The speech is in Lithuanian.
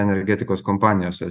energetikos kompanijose